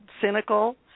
cynical